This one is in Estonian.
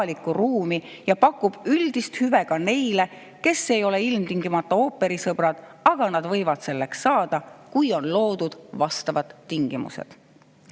ja pakub üldist hüve ka neile, kes ei ole ilmtingimata ooperisõbrad, aga võivad selleks saada, kui on loodud vastavad